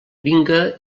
vinga